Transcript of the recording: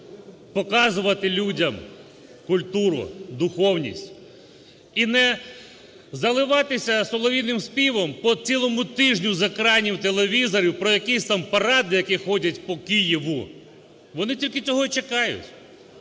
показувати людям культуру, духовність і заливатися солов'їним співом по цілому тижню з екранів телевізорів про якісь там паради, які ходять по Києву. Вони тільки цього й чекають.